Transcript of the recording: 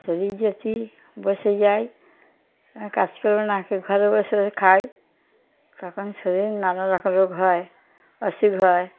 শরীর যদি বসে যায় কাজ করে না ঘরে বসে খাই তখন শরীর নানা রকম রোগ হয় অসুখ হয়